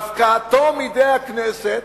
והפקעתו מידי הכנסת,